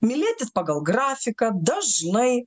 mylėtis pagal grafiką dažnai